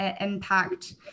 impact